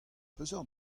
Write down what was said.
peseurt